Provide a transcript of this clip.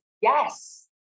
Yes